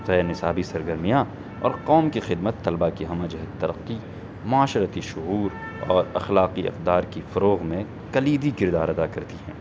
طے نصابی سرگرمیاں اور قوم کی خدمت طلبہ کی ہمہ جہت ترقی معاشرتی شعور اور اخلاقی اقدار کی فروغ میں کلیدی کردار ادا کرتی ہیں